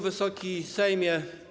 Wysoki Sejmie!